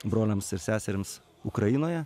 broliams ir sesėms ukrainoje